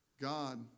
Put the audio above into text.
God